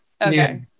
okay